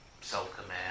self-command